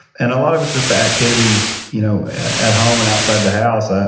and a lot of it's just the activities you know at home and outside the house. ah